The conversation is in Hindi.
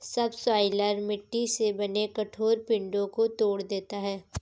सबसॉइलर मिट्टी से बने कठोर पिंडो को तोड़ देता है